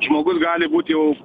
žmogus gali būt jau